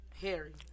Harry